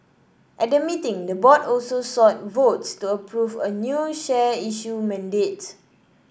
at the meeting the board also sought votes to approve a new share issue mandate